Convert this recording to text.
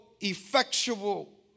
effectual